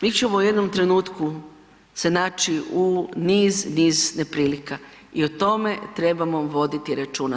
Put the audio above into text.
Mi ćemo u jednom trenutku se naći u niz, niz neprilika i o tome trebamo voditi računa.